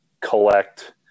collect